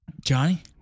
Johnny